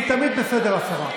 היא תמיד בסדר, השרה.